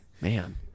Man